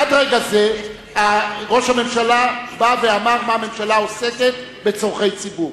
עד רגע זה ראש הממשלה אמר במה הממשלה עוסקת בצורכי ציבור.